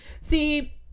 See